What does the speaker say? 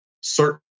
certain